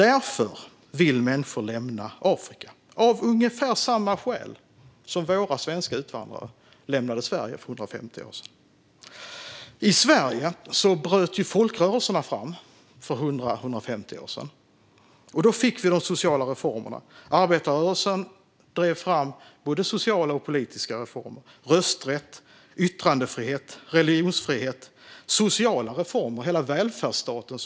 Därför vill människor lämna Afrika, av ungefär samma skäl som våra svenska utvandrare lämnade Sverige för 150 år sedan. I Sverige bröt folkrörelserna fram för 100-150 år sedan. Då fick vi de sociala reformerna. Arbetarrörelsen drev fram både sociala och politiska reformer i form av rösträtt, yttrandefrihet och religionsfrihet som byggde upp hela välfärdsstaten.